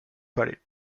palais